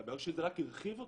מסתבר שזה רק הרחיב אותי.